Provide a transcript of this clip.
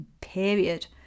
period